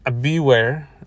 Beware